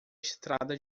estrada